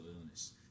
illness